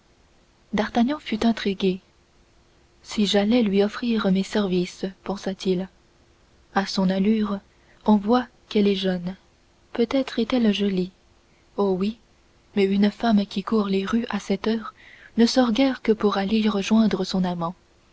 d'artagnan fut intrigué si j'allais lui offrir mes services pensa-t-il à son allure on voit qu'elle est jeune peut-être jolie oh oui mais une femme qui court les rues à cette heure ne sort guère que pour aller rejoindre son amant